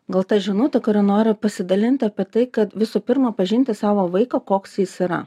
gal ta žinutė kuria noriu pasidalint apie tai kad visų pirma pažinti savo vaiką koks jis yra